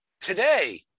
today